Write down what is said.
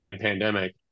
pandemic